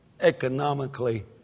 economically